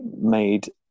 made